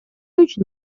үчүн